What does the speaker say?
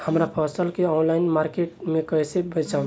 हमार फसल के ऑनलाइन मार्केट मे कैसे बेचम?